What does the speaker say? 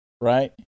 right